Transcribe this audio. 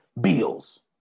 bills